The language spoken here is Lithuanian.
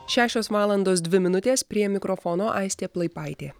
šešios valandos dvi minutės prie mikrofono aistė plaipaitė